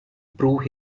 prove